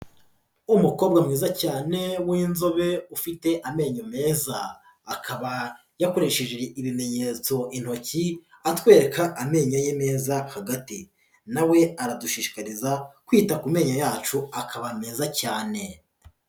Umukobwa mwiza cyane w'inzobe ufite amenyo meza, akaba yakoresheje ibimenyetso intoki, atwereka amenyo ye meza hagati, na we aradushishikariza kwita ku menyo yacu akaba meza cyane.